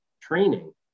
training